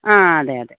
ആ അതെ അതെ